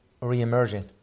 re-emerging